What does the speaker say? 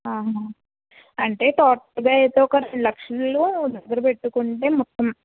అవున అంటే టోటల్గా అయితే ఒక రెండు లక్షలో దగ్గర పెట్టుకుంటే మొత్తం